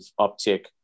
uptick